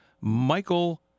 Michael